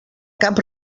cap